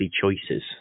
choices